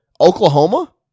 Oklahoma